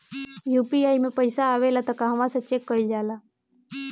UPI मे पइसा आबेला त कहवा से चेक कईल जाला?